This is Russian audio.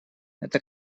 это